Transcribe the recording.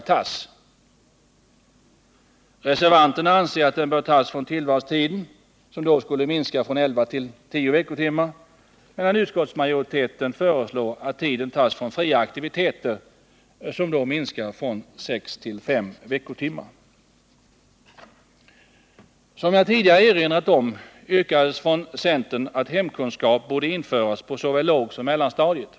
Reservanterna anser att den bör tas från tillvalstiden, som då skulle minska från elva till tio veckotimmar, men utskottsmajoriteten föreslår att tiden skall tas från fria aktiviteter, som då minskas från sex till fem veckotimmar. Som jag tidigare erinrat om yrkades från centern att ämnet hemkunskap borde införas på såväl lågsom mellanstadiet.